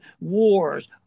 wars